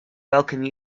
welcome